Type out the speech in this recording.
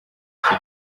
icyo